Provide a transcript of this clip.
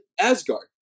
Asgard